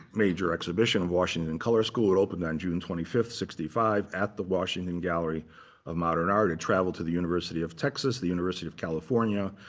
major exhibition of washington color school. it opened on june twenty five, sixty five at the washington gallery of modern art. it traveled to the university of texas, the university of california.